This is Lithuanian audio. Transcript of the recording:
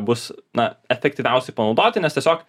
bus na efektyviausiai panaudoti nes tiesiog